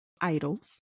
idols